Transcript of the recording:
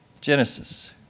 Genesis